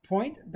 Point